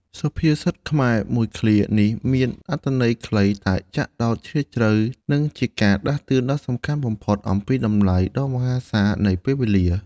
សុភាសិតខ្មែរមួយឃ្លានេះមានអត្ថន័យខ្លី តែចាក់ដោតជ្រាលជ្រៅ និងជាការដាស់តឿនដ៏សំខាន់បំផុតអំពីតម្លៃដ៏មហាសាលនៃពេលវេលា។